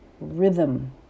Rhythm